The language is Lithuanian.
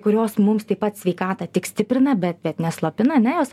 kurios mums taip pat sveikatą tik stiprina bet bet neslopina ane jos